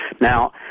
Now